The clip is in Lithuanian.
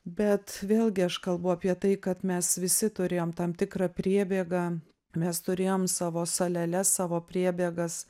bet vėlgi aš kalbu apie tai kad mes visi turėjom tam tikrą priebėgą mes turėjom savo saleles savo priebėgas